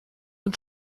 und